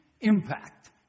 impact